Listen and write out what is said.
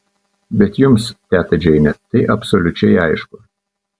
bet jums teta džeine tai absoliučiai aišku